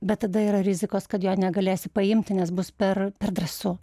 bet tada yra rizikos kad jo negalėsi paimti nes bus per per drąsu